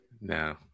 No